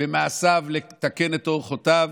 ולתקן את אורחותיו,